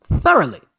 thoroughly